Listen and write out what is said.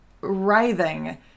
writhing